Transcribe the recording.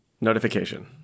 notification